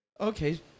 okay